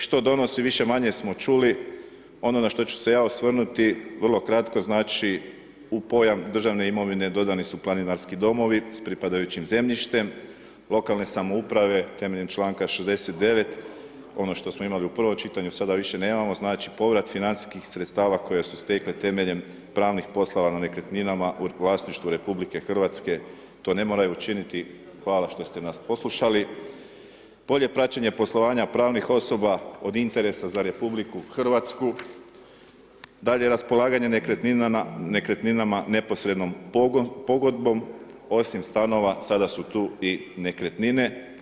Što donosi više-manje čuli, ono na što ću ja osvrnuti, vrlo kratko, znači u pojam državne imovine dodani su planinarski domovi s pripadajućim zemljištem, lokalne samouprave temeljem članka 69., ono što smo imali u prvom čitanju sada više nemamo, znači povrat financijskih sredstava koja su stekli temeljem pravnih poslova nad nekretninama u vlasništvu RH, to ne moraju učiniti, hvala što ste nas poslušali, bolje praćenje poslovanja pravnih osoba od interesa za RH, dalje raspolaganje nekretninama neposrednom pogodbom osim stanova sada su tu i nekretnine.